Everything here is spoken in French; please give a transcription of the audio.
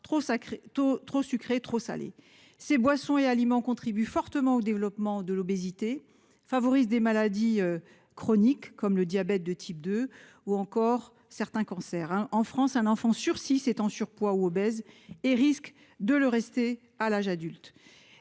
trop sucrés ou trop salés. Ces boissons et aliments contribuent fortement au développement de l'obésité et favorisent des maladies chroniques comme le diabète de type 2 ou encore certains cancers. En France, un enfant sur six est en surpoids ou obèse et risque de le rester à l'âge adulte.